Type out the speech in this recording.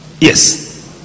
Yes